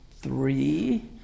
three